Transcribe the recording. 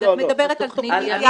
ביקורים, את מדברת על תכנית 'יחד'.